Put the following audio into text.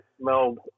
smelled